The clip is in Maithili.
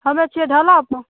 हमे छियै ढाला पर